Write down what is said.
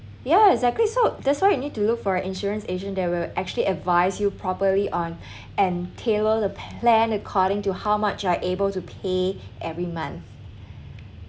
yeah exactly so that's why you need to look for an insurance agent they will actually advise you properly on and tailor the plan according to how much you are able to pay every month